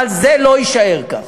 אבל זה לא יישאר כך.